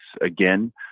again